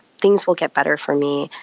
things will get better for me,